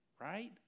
Right